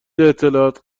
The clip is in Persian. اطلاعات